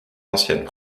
anciennes